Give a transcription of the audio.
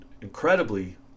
incredibly